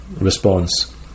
response